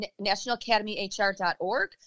nationalacademyhr.org